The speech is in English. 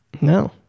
No